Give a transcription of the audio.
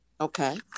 Okay